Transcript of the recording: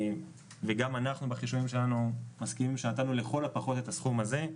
וגם אנחנו בחישובים שלנו מסכימים שנתנו לכל הפחות את הסכום הזה,